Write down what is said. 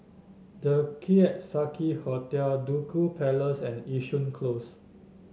The Keong Saik Hotel Duku Place and Yishun Close